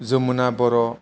Jamuna Bodo